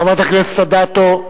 חברת הכנסת אדטו,